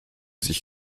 sich